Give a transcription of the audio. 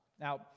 Now